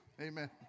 Amen